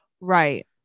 Right